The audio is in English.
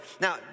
Now